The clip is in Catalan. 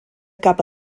cap